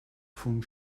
vom